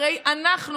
הרי אנחנו,